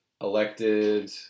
elected